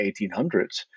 1800s